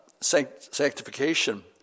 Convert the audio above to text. sanctification